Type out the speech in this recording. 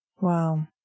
Wow